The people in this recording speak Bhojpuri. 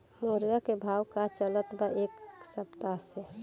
मुर्गा के भाव का चलत बा एक सप्ताह से?